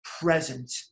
present